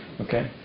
Okay